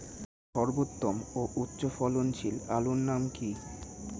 সর্বোত্তম ও উচ্চ ফলনশীল আলুর নাম কি?